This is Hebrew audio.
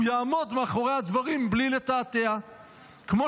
הוא יעמוד מאחורי הדברים בלי לתעתע כמו